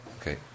Okay